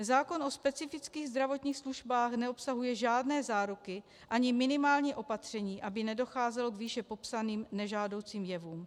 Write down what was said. Zákon o specifických zdravotních službách neobsahuje žádné záruky ani minimální opatření, aby nedocházelo k výše popsaným nežádoucím jevům.